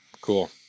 cool